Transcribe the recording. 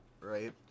right